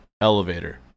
elevator